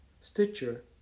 Stitcher